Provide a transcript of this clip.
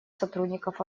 сотрудников